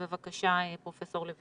בבקשה, פרופ' לוין.